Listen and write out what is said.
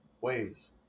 ways